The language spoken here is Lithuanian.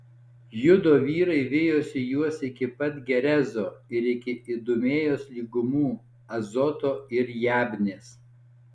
judo vyrai vijosi juos iki pat gezero ir iki idumėjos lygumų azoto ir jabnės